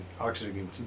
oxygen